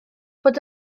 bod